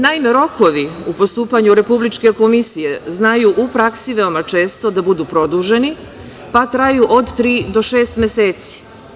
Naime, rokovi u postupanju Republičke komisije znaju u praksi veoma često da budu produženi, pa traju od tri do šest meseci.